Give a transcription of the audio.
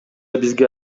бизге